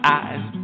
eyes